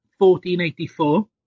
1484